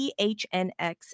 PHNX